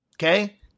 Okay